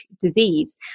disease